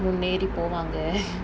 முன்னேறி போவாங்க:munaeri povanga